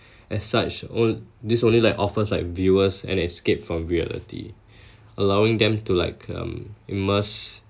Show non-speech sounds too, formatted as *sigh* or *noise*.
*breath* as such onl~ this only like offers like viewers an escape from reality *breath* allowing them to like um immerse